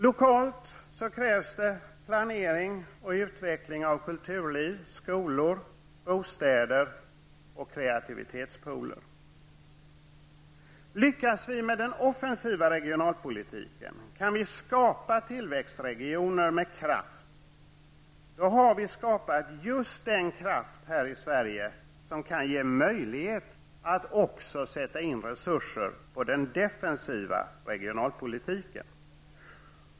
Lokalt krävs det planering och utveckling av kulturliv, skolor, bostäder och kreativitetspooler. Lyckas vi med den offensiva regionalpolitiken kan vi skapa tillväxtregioner med kraft. Då har vi skapat just den kraft här i Sverige som kan ge möjlighet att också sätta in resurser i den defensiva regionalpolitiken.